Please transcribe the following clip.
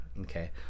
okay